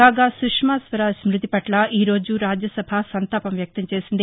కాగా సుష్మాస్వరాజ్ మృతిపట్ల ఈ రోజు రాజ్యసభ సంతాపం వ్యక్తంచేసింది